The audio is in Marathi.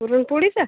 पुरणपोळीचा